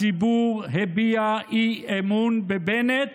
הציבור הביע אי-אמון בבנט